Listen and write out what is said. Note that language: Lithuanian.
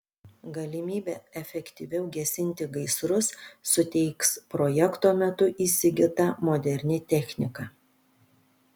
galimybę efektyviau gesinti gaisrus suteiks projekto metu įsigyta moderni technika